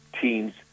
teams